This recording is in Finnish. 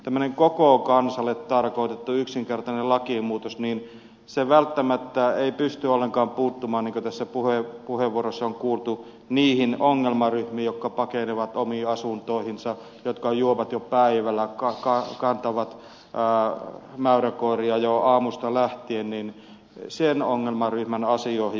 tämmöinen koko kansalle tarkoitettu yksinkertainen lakimuutos ei välttämättä pysty ollenkaan puuttumaan niin kuin tässä puheenvuoroissa on kuultu niihin ongelmaryhmiin jotka pakenevat omiin asuntoihinsa jotka juovat jo päivällä kantavat mäyräkoiria jo aamusta lähtien sen ongelmaryhmän asioihin